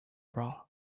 bra